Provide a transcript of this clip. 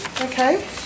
Okay